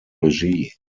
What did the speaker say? regie